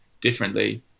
differently